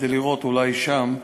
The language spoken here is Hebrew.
כדי לראות אולי שם,